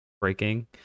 breaking